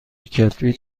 کتبی